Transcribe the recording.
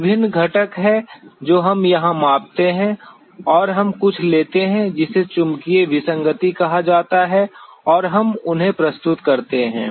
विभिन्न घटक हैं जो हम यहां मापते हैं और हम कुछ लेते हैं जिसे चुंबकीय विसंगति कहा जाता है और हम उन्हें प्रस्तुत करते हैं